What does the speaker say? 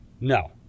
No